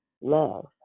love